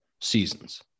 seasons